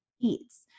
eats